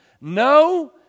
No